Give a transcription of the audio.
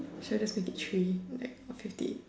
should I just make it train like fifty